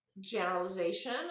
generalization